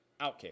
OutKick